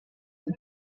then